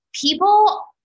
People